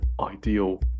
ideal